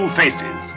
faces